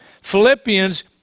Philippians